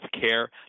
care